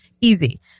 easy